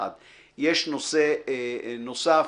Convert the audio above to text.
יש נושא נוסף,